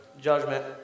judgment